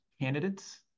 candidates